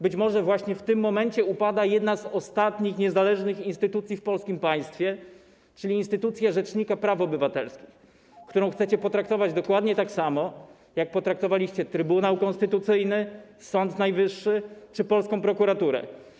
Być może właśnie w tym momencie upada jedna z ostatnich niezależnych instytucji w polskim państwie, czyli instytucja rzecznika praw obywatelskich, którą chcecie potraktować dokładnie tak samo, jak potraktowaliście Trybunał Konstytucyjny, Sąd Najwyższy czy polską prokuraturę.